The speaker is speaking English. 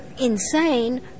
insane